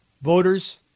Voters